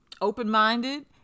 open-minded